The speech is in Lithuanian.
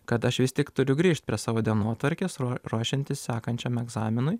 kad aš vis tik turiu grįžt prie savo dienotvarkės ruošiantis sekančiam egzaminui